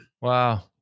Wow